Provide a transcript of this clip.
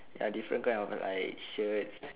ya different kind of like shirts